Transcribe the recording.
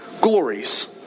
glories